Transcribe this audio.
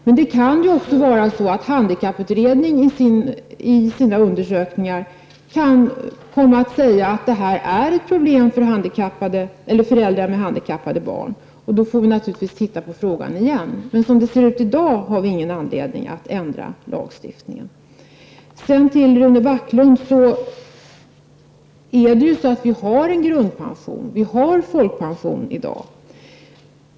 Men handikapputredningen kan ju också i sina undersökningar komma att säga att detta är ett problem för föräldrar med handikappade barn, och då får vi naturligtvis se på frågan igen. Som det ser ut i dag har vi emellertid ingen anledning att ändra lagstiftningen. Till Rune Backlund vill jag säga att vi ju har en grundpension -- folkpension -- i dag.